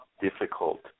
difficult